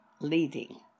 leading